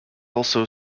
also